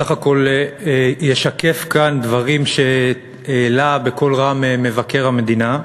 בסך הכול אשקף כאן דברים שהעלה בקול רם מבקר המדינה,